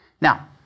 Now